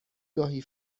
گاهی